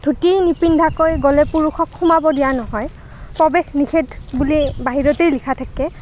য'ত ধুতি নিপিন্ধাকৈ গ'লে পুৰুষক সোমাৱ দিয়া নহয় প্ৰৱেশ নিষেধ বুলি বাহিৰতেই লিখা থাকে